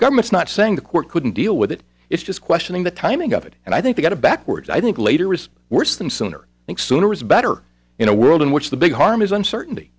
governments not saying the court couldn't deal with it it's just questioning the timing of it and i think they got it backwards i think later was worse than sooner and sooner is better in a world in which the big harm is uncertainty